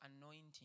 anointing